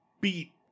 beat